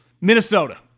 Minnesota